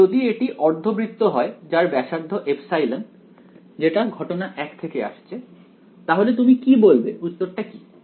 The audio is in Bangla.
তাই যদি এটি অর্ধবৃত্ত হয় যার ব্যাসার্ধ ε যেটা ঘটনা 1 থেকে আসছে তাহলে তুমি কি বলবে উত্তরটা কি